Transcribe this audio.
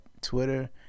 Twitter